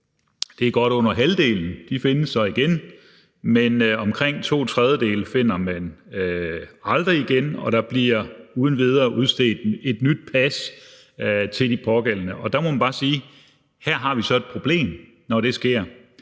dem – godt under halvdelen – findes igen, men omkring to tredjedele finder man aldrig igen, og der bliver uden videre udstedt et nyt pas til de pågældende. Her må man bare sige, at vi har et problem, når det sker,